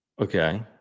Okay